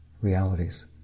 realities